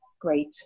Great